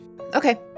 Okay